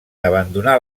abandonar